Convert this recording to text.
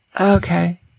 Okay